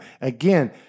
Again